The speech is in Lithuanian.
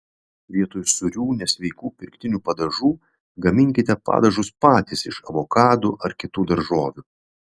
vietoj sūrių nesveikų pirktinių padažų gaminkite padažus patys iš avokadų ar kitų daržovių